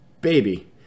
baby